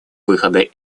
выхода